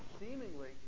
seemingly